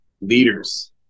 leaders